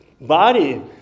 body